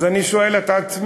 אז אני שואל את עצמי,